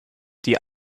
die